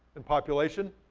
and population,